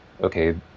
okay